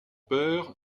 père